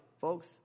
folks